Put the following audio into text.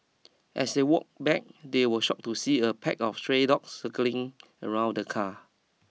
as they walked back they were shocked to see a pack of stray dogs circling around the car